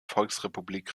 volksrepublik